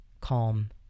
calm